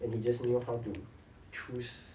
and you just knew how to choose